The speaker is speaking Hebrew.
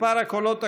מספר הקולות הכשרים,